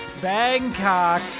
Bangkok